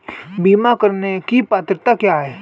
बीमा करने की पात्रता क्या है?